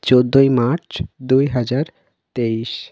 চোদ্দই মার্চ দুই হাজার তেইশ